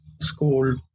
school